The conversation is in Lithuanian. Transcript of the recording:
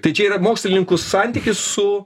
tai čia yra mokslininkų santykis su